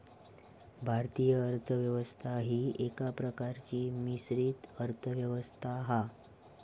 भारतीय अर्थ व्यवस्था ही एका प्रकारची मिश्रित अर्थ व्यवस्था हा